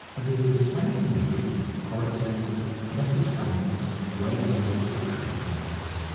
and in this sanguine mood horace entered messrs. hammond's well-known auction rooms.